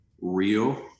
real